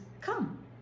come